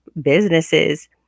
businesses